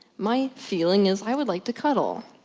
my feeling is i would like to cuddle,